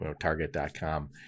Target.com